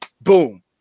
Boom